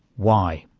why?